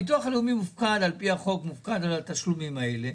המוסד לביטוח לאומי מופקד על פי חוק על התשלומים האלה.